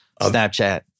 Snapchat